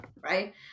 Right